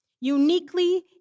Uniquely